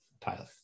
Tyler